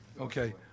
Okay